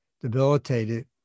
debilitated